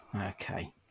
Okay